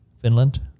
finland